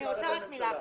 אני רוצה רק מילה אחת,